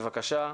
בבקשה,